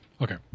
okay